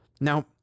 Now